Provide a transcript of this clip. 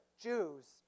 Jews